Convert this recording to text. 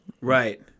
Right